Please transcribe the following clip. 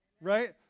Right